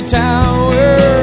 tower